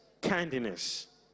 kindness